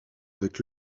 avec